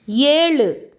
ஏழு